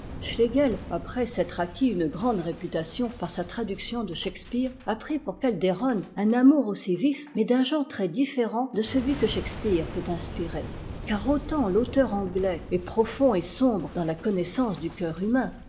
schlegel après s'être acquis une grande réputation par sa traduction de shakspeare a pris pour caideron un amour aussi vif mais d'un genre très différent de celui que shakspeare peut inspirer car autant l'auteur anglais est profond et sombre dans la connaissance du cœur humain